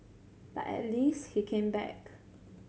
but at least he came back